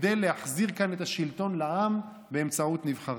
כדי להחזיר כאן את השלטון לעם באמצעות נבחריו.